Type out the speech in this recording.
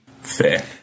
Fair